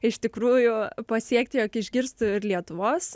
iš tikrųjų pasiekti jog išgirstų ir lietuvos